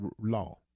law